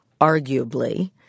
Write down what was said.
arguably